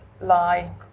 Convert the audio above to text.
lie